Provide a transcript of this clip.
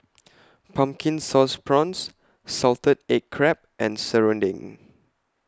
Pumpkin Sauce Prawns Salted Egg Crab and Serunding